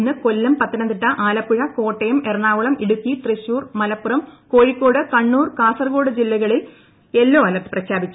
ഇന്ന് കൊല്ലം പത്തനംതിട്ട ആലപ്പുഴ കോട്ടയം എറണാകുളം ഇടുക്കി തൃശൂർ മലപ്പുറം കോഴിക്കോട് കണ്ണൂർ കാസർകോട് ജില്ലകളിൽ yellow alert പ്രഖ്യാപിച്ചു